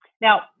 Now